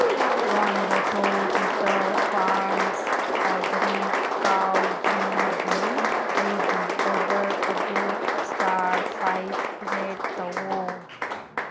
one bottle ꯍꯤꯠꯇꯥ farms organic cow ꯘꯤꯒꯤ ꯑꯩꯒꯤ ꯑꯣꯗꯔ ꯑꯗꯨ ꯏꯁꯇꯥꯔ ꯐꯥꯏꯚ ꯔꯦꯠ ꯇꯧꯑꯣ